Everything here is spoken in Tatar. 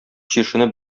чишенеп